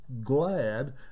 glad